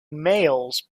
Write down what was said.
males